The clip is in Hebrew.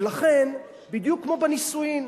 ולכן, בדיוק כמו בנישואים,